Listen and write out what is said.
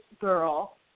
girl